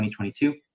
2022